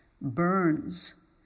burns